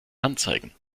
anzeigen